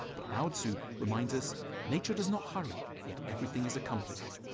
but lao tzu reminds us nature does not hurry, yet everything is accomplished.